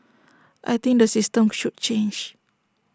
I think the system should change